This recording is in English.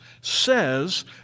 says